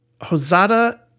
Hosada